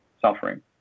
suffering